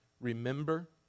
remember